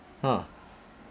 !huh!